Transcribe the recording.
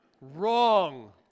Wrong